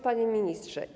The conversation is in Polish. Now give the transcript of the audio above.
Panie Ministrze!